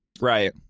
Right